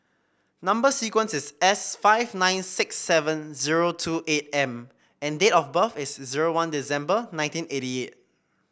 number sequence is S five nine six seven zero two eight M and date of birth is zero one December nineteen eighty eight